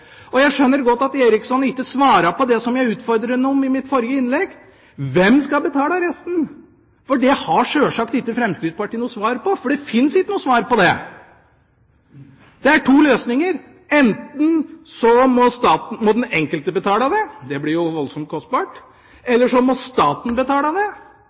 Jeg skjønner godt at Eriksson ikke svarer på det jeg utfordret ham på i mitt forrige innlegg: Hvem skal betale resten? Det har sjølsagt ikke Fremskrittspartiet noe svar på, for det fins ikke noe svar på det. Det er to løsninger: Enten må den enkelte betale det – det blir jo voldsomt kostbart – eller så må staten betale det.